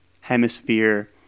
Hemisphere